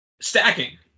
Stacking